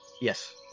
Yes